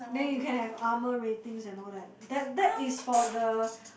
then you can have armour ratings and all that that that is for the